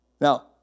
Now